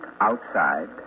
outside